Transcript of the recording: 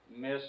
Miss